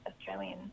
Australian